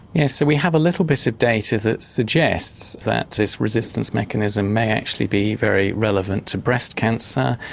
yes, we have a little bit of data that suggests that this resistance mechanism may actually be very relevant to breast cancer,